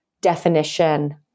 definition